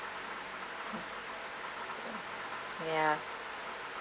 ya